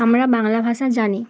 আমরা বাংলা ভাষা জানি